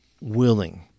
willing